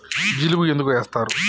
జిలుగు ఎందుకు ఏస్తరు?